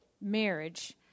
Marriage